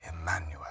Emmanuel